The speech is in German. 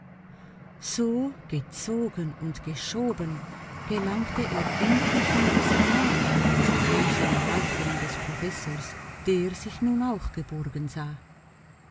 so gezogen und geschoben gelangte er endlich in die sannah zur großen erleichterung des professors der sich nun auch geborgen sah